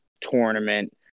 tournament